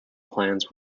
plans